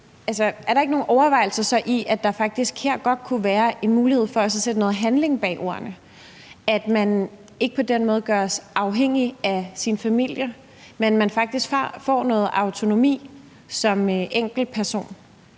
sig så ikke nogle overvejelser om, at der faktisk her godt kunne være en mulighed for også at sætte noget handling bag ordene, i forhold til at man ikke på den måde gøres afhængig af sin familie, men at man faktisk får noget autonomi som enkeltperson?